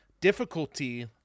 difficulty